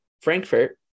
Frankfurt